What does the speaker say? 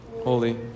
Holy